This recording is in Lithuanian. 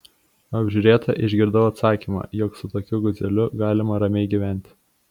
apžiūrėta išgirdau atsakymą jog su tokiu guzeliu galima ramiai gyventi